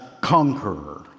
conqueror